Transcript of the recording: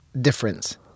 difference